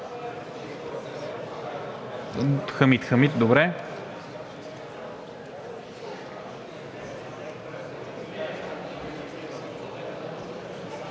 Хамид Хамид, добре.